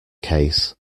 case